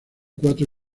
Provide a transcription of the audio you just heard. cuatro